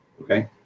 okay